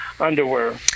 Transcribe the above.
underwear